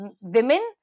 women